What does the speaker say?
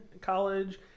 college